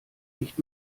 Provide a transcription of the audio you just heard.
nicht